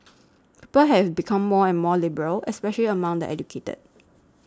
people have become more and more liberal especially among the educated